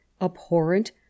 abhorrent